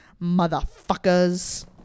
Motherfuckers